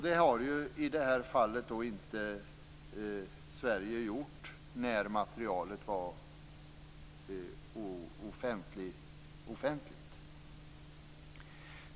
Det har i det här fallet Sverige inte gjort när materialet var offentligt.